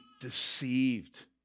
deceived